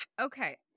Okay